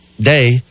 day